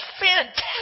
fantastic